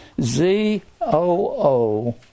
z-o-o